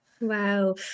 Wow